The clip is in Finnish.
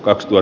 axel